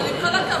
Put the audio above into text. אבל עם כל הכבוד,